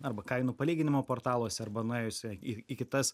arba kainų palyginimo portaluose arba nuėjus į į kitas